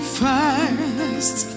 first